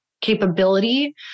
capability